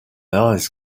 eyes